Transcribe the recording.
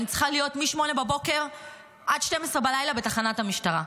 אני צריכה להיות מ-08:00 עד 24:00 בתחנת המשטרה.